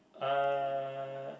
uh